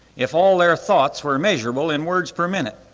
if all their thoughts were measurable in words per minute.